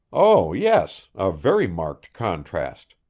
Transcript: oh, yes a very marked contrast,